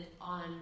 on